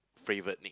favourite nick